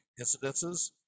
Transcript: incidences